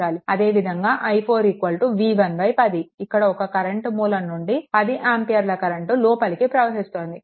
అదే విధంగా i4 v1 10 ఇక్కడ ఒక కరెంట్ మూలం నుండి 10 ఆంపియర్ల కరెంట్ లోపలికి ప్రవహిస్తోంది